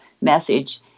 message